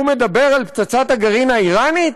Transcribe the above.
הוא מדבר על פצצת הגרעין האיראנית?